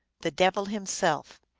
the devil himself.